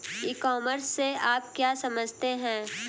ई commerce से आप क्या समझते हैं?